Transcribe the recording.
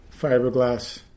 fiberglass